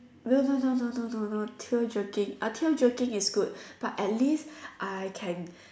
no no no no no no no pure joking tell joking is good but at least I can